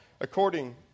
according